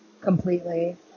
completely